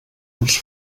els